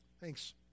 Thanks